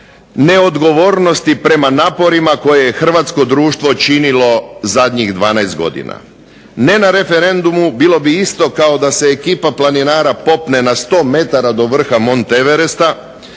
neodgovornosti prema naporima koje je hrvatsko društvo činilo zadnjih 12 godina. Ne na referendumu bilo bi isto kao da se ekipa planinara popne na 100 metara do vrha Mont Everesta